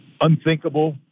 unthinkable